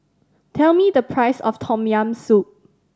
tell me the price of Tom Yam Soup